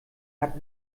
hat